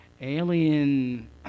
alien